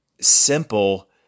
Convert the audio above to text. Simple